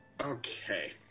Okay